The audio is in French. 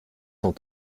cent